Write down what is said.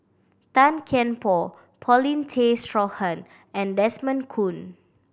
Tan Kian Por Paulin Tay Straughan and Desmond Kon